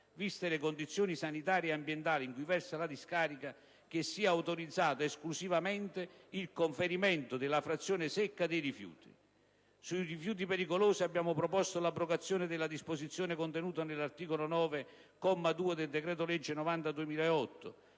viste le condizioni sanitarie ed ambientali in cui versa la discarica, che sia autorizzato esclusivamente il conferimento della frazione secca dei rifiuti. Sui rifiuti pericolosi abbiamo proposto l'abrogazione della disposizione contenuta nell'articolo 9, comma 2, del decreto-legge n.